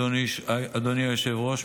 אדוני היושב-ראש,